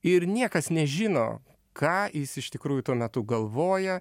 ir niekas nežino ką jis iš tikrųjų tuo metu galvoja